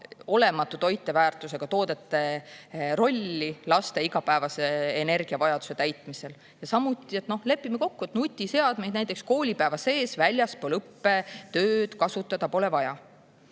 olematu toiteväärtusega toodete rolli laste igapäevase energiavajaduse täitmisel. Samuti see, et lepime kokku, et nutiseadmeid näiteks koolipäeva sees väljaspool õppetööd kasutada pole vaja.